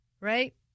Right